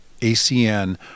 ACN